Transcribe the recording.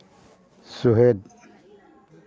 ᱥᱩᱦᱮᱫ